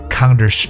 Counter